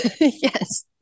yes